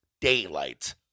daylight